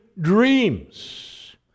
dreams